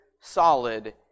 solid